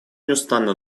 неустанно